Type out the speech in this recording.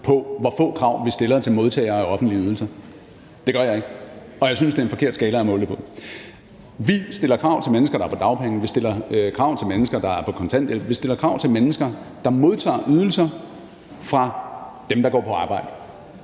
på, hvor få krav vi stiller til modtagere af offentlige ydelser – det gør jeg ikke. Og jeg synes, det er en forkert skala at måle det på. Vi stiller krav til mennesker, der er på dagpenge. Vi stiller krav til mennesker, der er på kontanthjælp. Vi stiller krav til mennesker, der modtager ydelser fra dem, der går på arbejde.